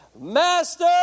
Master